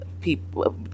people